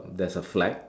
there's a flag